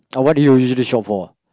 uh what do you usually shop for